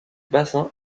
bassin